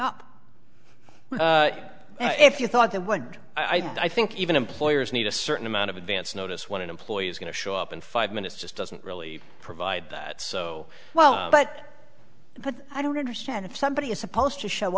up if you thought they went i think even employers need a certain amount of advance notice when an employee is going to show up and five minutes just doesn't really provide that so well but but i don't understand if somebody is supposed to show